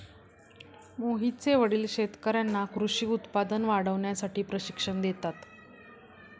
मोहितचे वडील शेतकर्यांना कृषी उत्पादन वाढवण्यासाठी प्रशिक्षण देतात